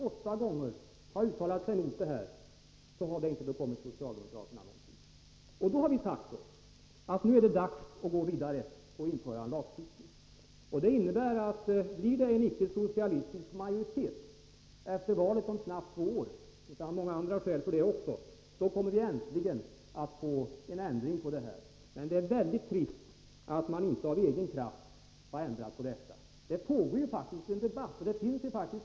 Jag gick in i debatten därför att jag är något irriterad över de ständiga påhoppen på organisationerna.